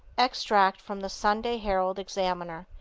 extract from the sunday herald-examiner,